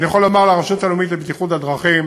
אני יכול לומר לגבי הרשות הלאומית לבטיחות בדרכים,